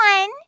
one